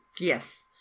Yes